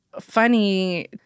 funny